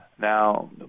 Now